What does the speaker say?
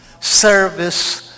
service